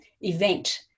event